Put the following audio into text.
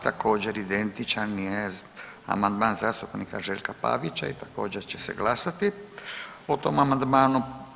Također identičan je amandman zastupnika Željka Pavića i također će se glasati o tom amandmanu.